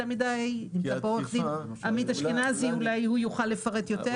עורך הדין עמית אשכנזי יוכל לפרט יותר.